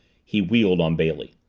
he wheeled on bailey.